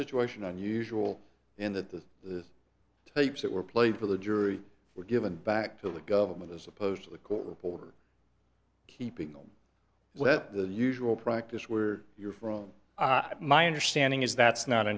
situation unusual in that the tapes that were played for the jury were given back to the government as opposed to the court reporter keeping them let the usual practice where you're from my understanding is that's not